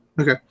Okay